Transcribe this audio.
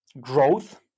growth